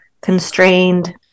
constrained